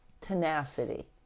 tenacity